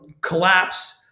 collapse